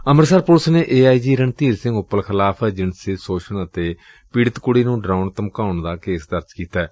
Amritsar police ਨੇ A I G Randhir Singh Uppal ਖਿਲਾਫ਼ ਜਿਣਸੀ ਸੋਸ਼ਣ ਅਤੇ ਪੀੜਤ ਕੁੜੀ ਨੂੰ ਡਰਾਉਣ ਧਮਕਾਉਣ ਦਾ ਕੇਸ ਦਰਜ ਕੀਤੈ